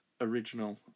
original